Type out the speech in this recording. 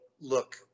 look